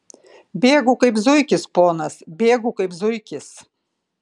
bėgu kaip zuikis ponas bėgu kaip zuikis